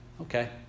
Okay